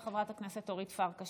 חברת הכנסת אורית פרקש